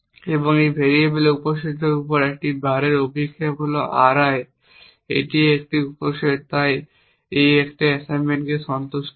এবং এটি ভেরিয়েবলের উপসেটের উপর একটি বারের অভিক্ষেপ হল R i এর একটি উপসেট তাই একটি অ্যাসাইনমেন্ট সন্তুষ্ট হয়